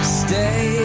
stay